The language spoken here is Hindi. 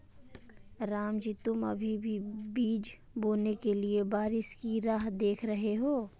रामजी तुम अभी भी बीज बोने के लिए बारिश की राह देख रहे हो?